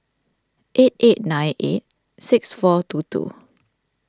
eight eight nine eight six four two two